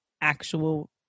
actual